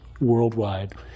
worldwide